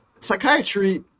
psychiatry